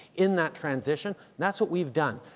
in that transition. that's what we've done.